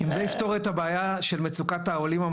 אם זה יפתור את הבעיה של מצוקת העולים.